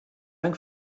dank